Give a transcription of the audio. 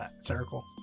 circle